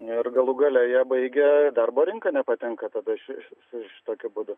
ir galų gale jie baigę į darbo rinką nepatenka tada ši šitokiu būdu